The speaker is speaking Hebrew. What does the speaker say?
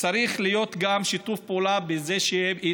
צריך להיות גם שיתוף פעולה בהתנדבות,